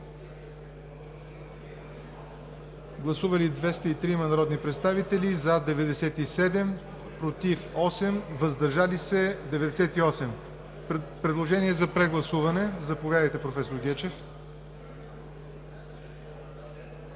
Гласували 203 народни представители: за 97, против 8, въздържали се 98. Предложение за прегласуване. Заповядайте, проф. Гечев.